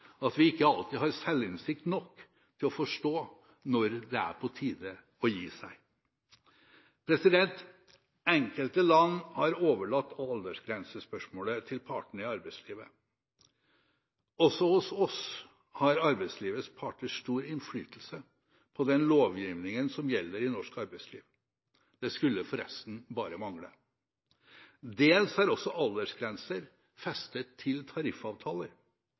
at vi ikke alltid har selvinnsikt nok til å forstå når det er på tide å gi seg. Enkelte land har overlatt aldersgrensespørsmålet til partene i arbeidslivet. Også hos oss har arbeidslivets parter stor innflytelse på den lovgivningen som gjelder i norsk arbeidsliv. Det skulle forresten bare mangle. Dels er også aldersgrenser festet til tariffavtaler,